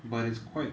but it's quite